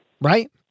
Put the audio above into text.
Right